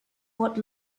what